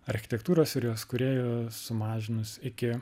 architektūros ir jos kūrėjo sumažinus iki